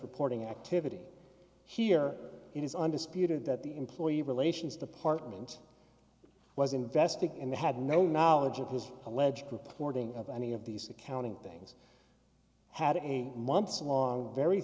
reporting activity here it is undisputed that the employee relations department was investing and they had no knowledge of his alleged reporting of any of these accounting things had eight months along a very